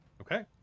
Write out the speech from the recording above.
Okay